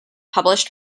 published